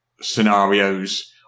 scenarios